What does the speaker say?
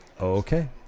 Okay